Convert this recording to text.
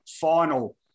final